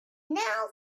now